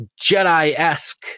Jedi-esque